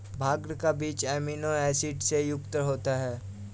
भांग का बीज amino acid से युक्त होता है